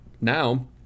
Now